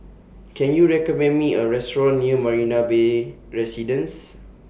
Can YOU recommend Me A Restaurant near Marina Bay Residences